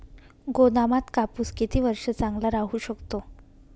गोदामात कापूस किती वर्ष चांगला राहू शकतो?